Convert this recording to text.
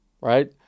right